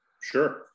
Sure